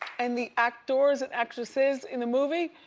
and the actors and actresses in the movie,